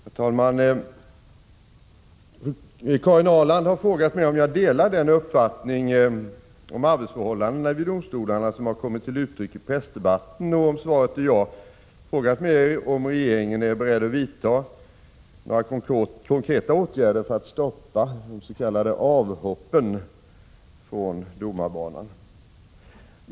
Herr talman! Karin Ahrland har frågat mig om jag delar den uppfattning om arbetsförhållandena vid domstolarna som har kommit till uttryck i pressdebatten och, om svaret är ja, frågat mig om regeringen är beredd att vidta några konkreta åtgärder för att stoppa de s.k. avhoppen från domarbanan.